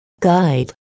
guide